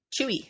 chewy